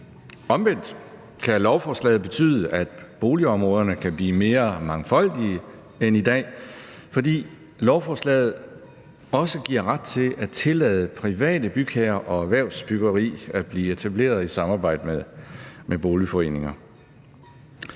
Omvendt kan lovforslaget betyde, at boligområderne kan blive mere mangfoldige end i dag, fordi lovforslaget også giver ret til at tillade private bygherrer og erhvervsbyggeri at blive etableret i samarbejde med boligforeninger.